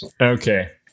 Okay